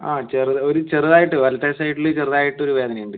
ആ ചെറു ഒരു ചെറുതായിട്ട് വലത്തേ സൈഡിൽ ചെറുതായിട്ടൊരു വേദന ഉണ്ട്